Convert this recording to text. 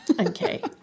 Okay